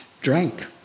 drank